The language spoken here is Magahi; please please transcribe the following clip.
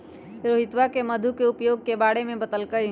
रोहितवा ने मधु के उपयोग के बारे में बतल कई